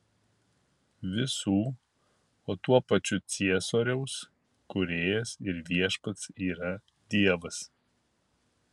visų o tuo pačiu ciesoriaus kūrėjas ir viešpats yra dievas